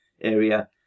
area